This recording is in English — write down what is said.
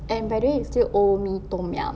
and by the way you still owe me tom yum